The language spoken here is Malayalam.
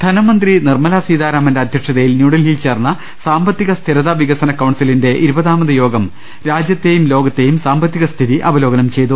ധനമന്ത്രി നിർമല സീതാരാമന്റെ അധ്യക്ഷതയിൽ ന്യൂഡൽഹിയിൽ ചേർന്ന സാമ്പത്തിക സ്ഥിരത വികസന കൌൺസിലിന്റെ ഇരുപതാമത് യോഗം രാജ്യത്തെയും ലോകത്തെയും സാമ്പത്തികസ്ഥിതി അവലോക നംചെയ്തു